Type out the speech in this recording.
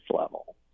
level